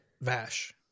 Vash